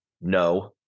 no